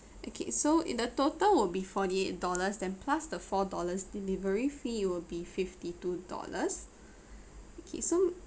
okay so in the total will be forty eight dollars then plus the four dollars delivery fee it will be fifty two dollars okay so